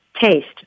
Taste